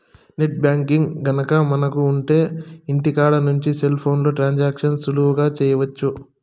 net banking గనక మనకు ఉంటె ఇంటికాడ నుంచి సెల్ ఫోన్లో ట్రాన్సాక్షన్స్ సులువుగా చేసుకోవచ్చు